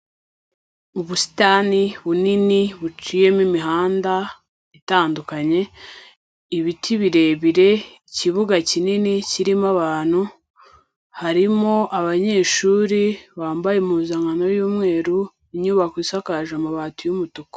Ubusitani bunini buciyemo imihanda itandukanye, ibiti birebire, ikibuga kinini kirimo abantu, harimo abanyeshuri bambaye impuzankano y'umweru, inyubako isakaje amabati y'umutuku.